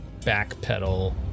backpedal